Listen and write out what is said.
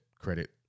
credit